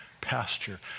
pasture